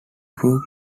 group